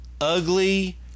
ugly